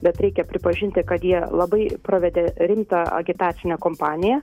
bet reikia pripažinti kad jie labai pravedė rimtą agitacinę kompaniją